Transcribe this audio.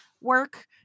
work